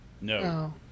No